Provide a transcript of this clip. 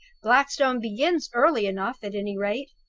blackstone begins early enough, at any rate!